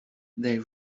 they